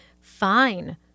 fine